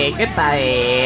goodbye